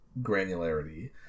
granularity